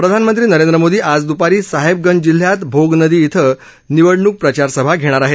प्रधानमंत्री नरेंद्र मोदी आज द्रपारी साहेबगंज जिल्ह्यात भोगनदी इथं निवडणूक प्रचारसभा घेणार आहेत